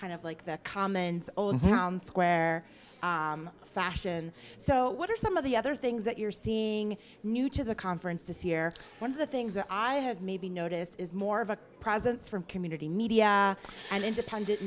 kind of like the commons all in town square fashion so what are some of the other things that you're seeing new to the conference this year one of the things that i have maybe noticed is more of a presence from community media and independent